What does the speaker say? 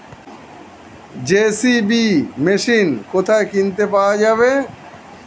JCB machine কোথায় কিনতে পাওয়া যাবে?